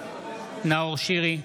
נאור שירי,